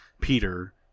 Peter